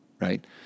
right